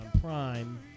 Prime